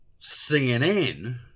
CNN